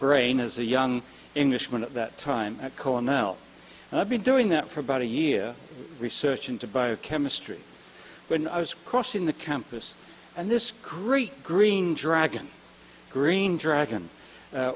brain as a young englishman at that time at cornell and i've been doing that for about a year research into bio chemistry when i was crossing the campus and this great green dragon green dragon